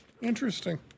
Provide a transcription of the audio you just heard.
Interesting